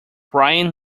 brian